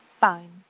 Fine